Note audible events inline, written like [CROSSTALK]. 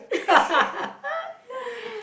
[LAUGHS]